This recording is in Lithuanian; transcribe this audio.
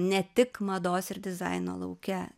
ne tik mados ir dizaino lauke